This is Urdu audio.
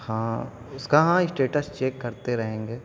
ہاں اس کا ہاں اسٹیٹس چیک کرتے رہیں گے